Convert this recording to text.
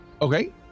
Okay